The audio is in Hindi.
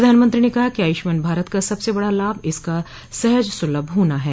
प्रधानमंत्री ने कहा कि आयुष्मान भारत का सबसे बड़ा लाभ इसका सहज सुलभ होना है